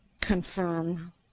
confirm